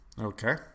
Okay